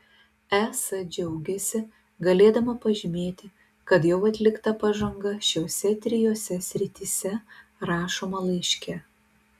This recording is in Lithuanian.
es džiaugiasi galėdama pažymėti kad jau atlikta pažanga šiose trijose srityse rašoma laiške